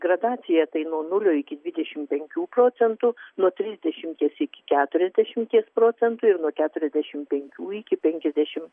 gradaciją tai nuo nulio iki dvidešim penkių procentų nuo trisdešimties iki keturiasdešimties procentų ir nuo keturiasdešimt penkių iki penkiasdešim